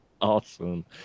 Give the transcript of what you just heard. Awesome